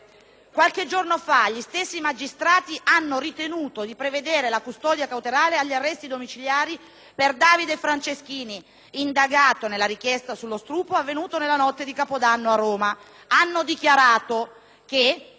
per Davide Franceschini, indagato nella inchiesta sullo stupro, avvenuto nella notte di Capodanno a Roma; hanno dichiarato che quando il legislatore restringerà il potere del giudice questi agirà di conseguenza.